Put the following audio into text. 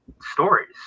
stories